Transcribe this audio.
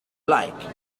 like